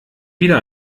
wieder